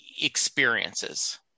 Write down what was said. experiences